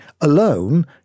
alone